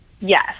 Yes